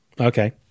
Okay